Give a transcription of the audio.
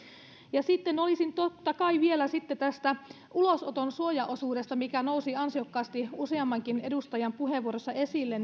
ja sitten olisin totta kai vielä tästä ulosoton suojaosuudesta mikä nousi ansiokkaasti useammankin edustajan puheenvuorossa esille